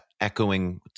echoing